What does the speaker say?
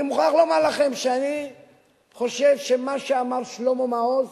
אני מוכרח לומר לכם שאני חושב שמה שאמר שלמה מעוז